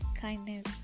kindness